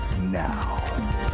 now